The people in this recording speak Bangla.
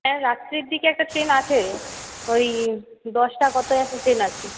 হ্যাঁ রাত্রির দিকে একটা ট্রেন আছে ওই দশটা কতয় একটা ট্রেন আছে